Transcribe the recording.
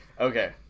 okay